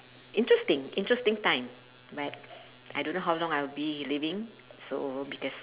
interesting interesting time but I don't know how long I'll be living so because